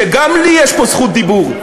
שגם לי יש פה זכות דיבור,